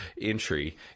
entry